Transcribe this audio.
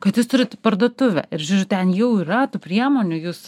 kad jūs turit parduotuvę ir žiūriu ten jau yra tų priemonių jūs